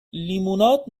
لیموناد